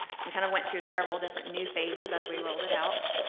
we kind of went through several different new phases as we rolled it out.